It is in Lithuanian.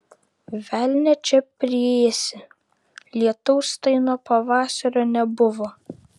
velnią čia priėsi lietaus tai nuo pavasario nebuvo